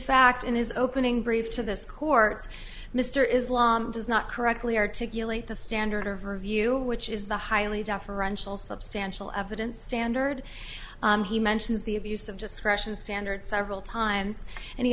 fact in his opening brief to this court mr islam does not correctly articulate the standard of review which is the highly deferential substantial evidence standard he mentions the abuse of discretion standard several times and he